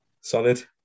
solid